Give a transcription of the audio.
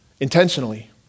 intentionally